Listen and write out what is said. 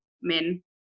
men